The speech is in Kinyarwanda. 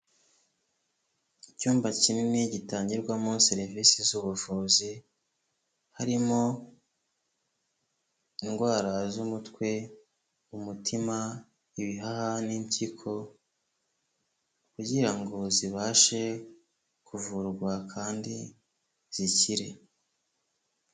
Icyumba kinini gitangirwamo serivisi z'ubuvuzi harimo indwara z'umutwe, umutima, ibihaha n'impyiko kugira ngo zibashe kuvurwa kandi zikire.